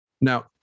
Now